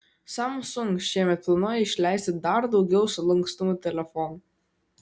samsung šiemet planuoja išleisti dar daugiau sulankstomų telefonų